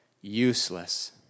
useless